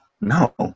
No